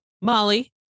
Molly